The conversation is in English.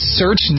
search